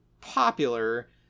popular